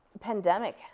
pandemic